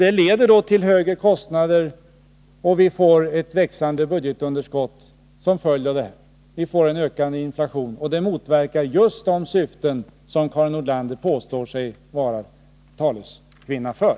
Det leder till högre kostnader, och vi får ett växande budgetunderskott. Vi får en ökande inflation, och det motverkar just de syften som Karin Nordlander påstår sig tala för.